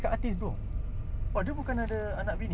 a'ah [siol] itu macam mana ah